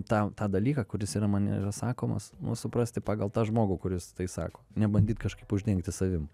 tą tą dalyką kuris yra man yra sakomas nu suprasti pagal tą žmogų kuris tai sako nebandyt kažkaip uždengti savim